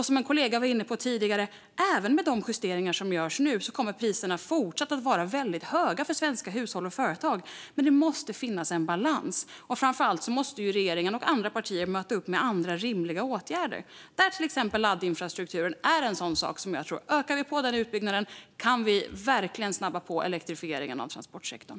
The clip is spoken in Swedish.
Som en kollega var inne på tidigare: Även med de justeringar som görs nu kommer priserna fortsatt att vara väldigt höga för svenska hushåll och företag. Det måste finnas en balans. Framför allt måste regeringen och andra partier möta upp med andra rimliga åtgärder. Det gäller till exempel laddinfrastrukturen. Ökar vi på den utbyggnaden tror jag att vi verkligen snabbar på elektrifieringen av transportsektorn.